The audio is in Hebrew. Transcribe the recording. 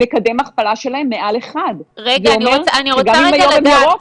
מקדם הכפלה שלהם מעל 1. זה אומר שגם אם היום הם ירוק,